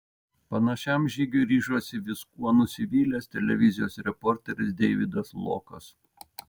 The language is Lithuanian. panašiam žygiui ryžosi viskuo nusivylęs televizijos reporteris deividas lokas